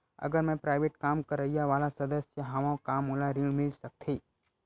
अगर मैं प्राइवेट काम करइया वाला सदस्य हावव का मोला ऋण मिल सकथे?